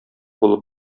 булып